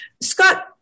scott